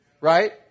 Right